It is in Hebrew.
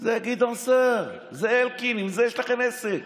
זה גדעון סער, זה אלקין, עם זה יש לכם עסק.